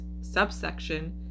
subsection